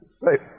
right